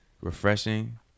Refreshing